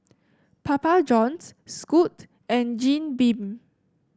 Papa Johns Scoot and Jim Beam